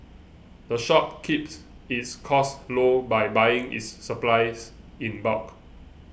the shop keeps its costs low by buying its supplies in bulk